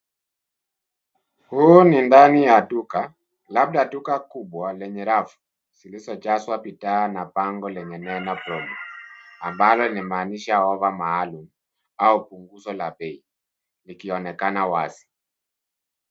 Huu ni ndani ya duka, labda duka kubwa lenye rafu zilizojazwa bidhaa na bango lenye neno promo ambalo linamaanisha offer maalum au punguzo la bei likionekana wazi.